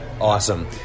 Awesome